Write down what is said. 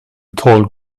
tall